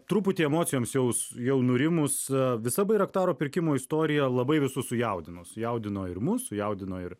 truputį emocijoms jaus jau nurimus visa bairaktaro pirkimo istorija labai visus sujaudino sujaudino ir mus sujaudino ir